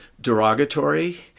derogatory